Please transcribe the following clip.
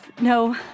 no